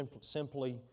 simply